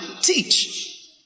teach